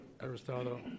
Aristotle